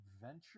adventure